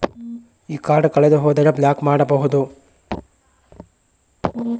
ಈ ಕಾರ್ಡ್ ಕಳೆದು ಹೋದರೆ ಬ್ಲಾಕ್ ಮಾಡಬಹುದು?